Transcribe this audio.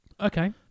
Okay